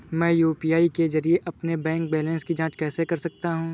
मैं यू.पी.आई के जरिए अपने बैंक बैलेंस की जाँच कैसे कर सकता हूँ?